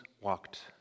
walked